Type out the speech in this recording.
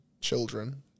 Children